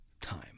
time